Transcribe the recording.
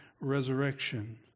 resurrection